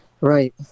Right